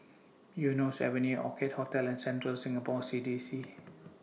Eunos Avenue Orchid Hotel and Central Singapore C D C